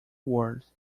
word